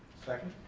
second.